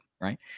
Right